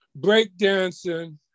breakdancing